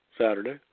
Saturday